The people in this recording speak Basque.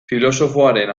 filosofoaren